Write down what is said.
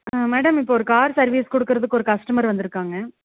madam இப்போ ஒரு car service கொடுக்கறதுக்கு ஒரு கஸ்டமர் வந்து இருக்காங்க